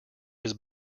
his